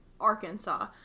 Arkansas